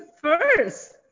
first